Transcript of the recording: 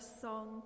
song